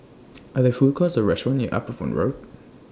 Are There Food Courts Or restaurants near Upavon Road